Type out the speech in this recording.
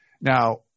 now